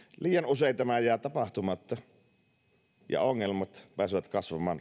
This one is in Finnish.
usein tämä jää tapahtumatta ja ongelmat pääsevät